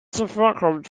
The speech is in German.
zuvorkommend